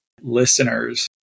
listeners